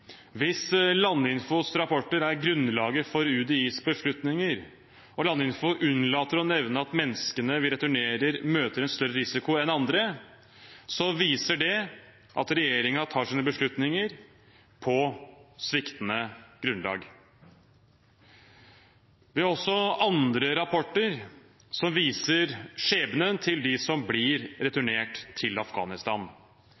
Hvis Landinfos rapporter er grunnlaget for UDIs beslutninger og Landinfo unnlater å nevne at menneskene vi returnerer, møter en større risiko enn andre, viser det at regjeringen tar sine beslutninger på sviktende grunnlag. Vi har også andre rapporter som viser skjebnen til dem som blir